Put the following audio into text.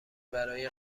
برای